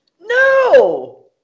No